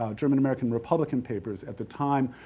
um german american republican papers at the time,